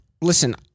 Listen